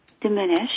diminish